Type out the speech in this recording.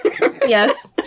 Yes